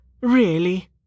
really